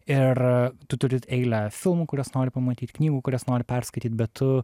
ir tu turi eilę filmų kuriuos nori pamatyt knygų kurias nori perskaityt bet tu